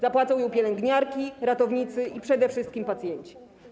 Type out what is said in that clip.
Zapłacą ją pielęgniarki, ratownicy i przede wszystkim pacjenci.